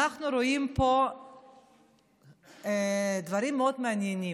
אנחנו רואים פה דברים מאוד מעניינים: